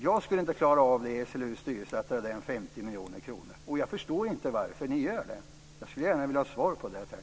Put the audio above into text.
Jag skulle inte i SLU:s styrelse kunna argumentera för en minskning med 50 miljoner, och jag förstår inte varför ni vill göra denna minskning. Jag skulle gärna vilja ha ett svar på den frågan.